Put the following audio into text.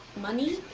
money